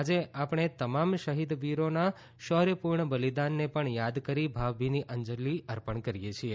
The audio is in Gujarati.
આજે આપણે તમામ શહિદ વીરોના શૌર્યપુર્ણ બલિદાનને પણ યાદ કરી ભાવભીની અંજલી અર્પણ કરીએ છીએ